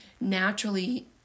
naturally